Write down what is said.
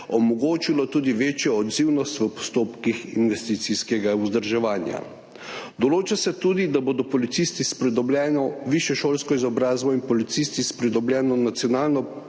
omogočilo tudi večjo odzivnost v postopkih investicijskega vzdrževanja. Določa se tudi, da bodo policisti s pridobljeno višješolsko izobrazbo in policisti s pridobljeno nacionalno